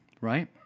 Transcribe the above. right